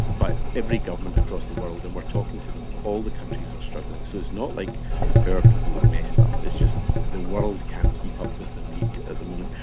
but every government across the world, and we are talking to them, all the countries are struggling. so it's not like our people have messed up, it's just the world can't keep up with the need at the moment.